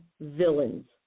villains